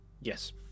Yes